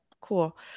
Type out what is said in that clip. cool